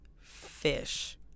fish